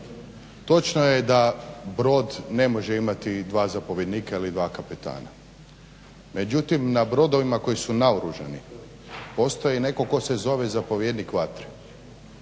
Točno je da brod ne može imati dva zapovjednika ili dva kapetana. Međutim, na brodovima koji su naoružani postoji netko tko se zove zapovjednik vatre.